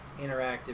interactive